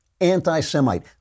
anti-Semite